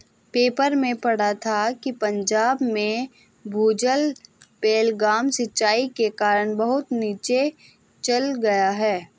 paper में पढ़ा था कि पंजाब में भूजल बेलगाम सिंचाई के कारण बहुत नीचे चल गया है